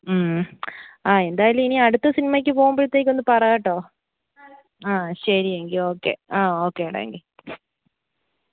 ആ എന്തായാലും ഇനി അടുത്ത സിനിമയ്ക്ക് പോകുമ്പോഴത്തേക്കും ഒന്ന് പറ കേട്ടോ ആ ശരി എങ്കിൽ ഓക്കെ ആ ഓക്കെ എടാ എങ്കിൽ